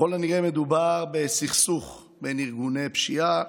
ככל הנראה, מדובר בסכסוך בין ארגוני פשיעה,